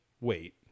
wait